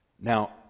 Now